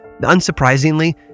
Unsurprisingly